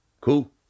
cool